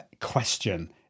question